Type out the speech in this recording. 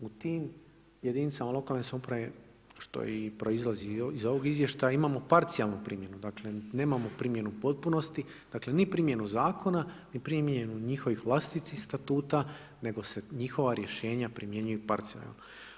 U tim jedinicama lokalne samouprave što i proizlazi iz ovog izvještaja imamo parcijalnu primjenu, dakle nemamo primjenu u potpunosti ni primjenu zakona ni primjenu njihovih vlastitih statuta nego se njihova rješenja primjenjuju parcijalno.